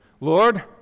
Lord